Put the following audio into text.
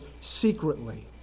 secretly